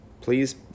Please